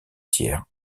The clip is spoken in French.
tiers